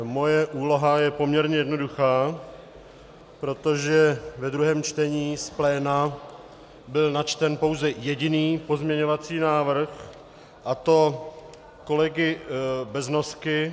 Moje úloha je poměrně jednoduchá, protože ve druhém čtení byl z pléna načten pouze jediný pozměňovací návrh, a to kolegy Beznosky.